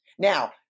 Now